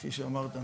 כפי שאמרת,